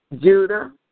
Judah